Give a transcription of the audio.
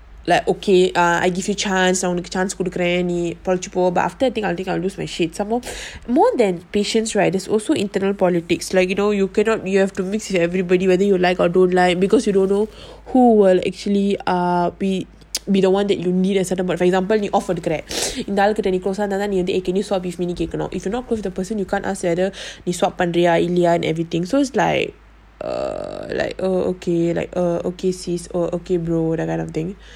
like okay err I give you chance உனக்கு:unaku chance கொடுக்குறேன்நீபொளச்சிபோ:kodukuren nee polachi po but after I think I'll lose my shit some more more than patients right there's also internal politics like you know you cannot you have to mix with everybody whether you like or don't like because you don't know who will actually err be be the one that you need at certain point for example இந்தஆளுகிட்டநீ:indha aalukita nee if you not close to the person you can't ask whether இருந்தாதான்:irunthathan so it's like err like err okay like err okay sis err okay bro that kind of thing